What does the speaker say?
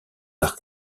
l’art